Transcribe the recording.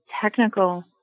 technical